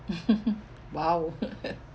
!wow!